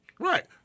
Right